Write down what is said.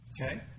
okay